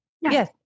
Yes